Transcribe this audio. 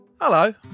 Hello